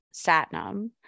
Satnam